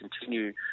continue